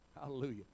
hallelujah